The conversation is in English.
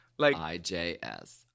IJS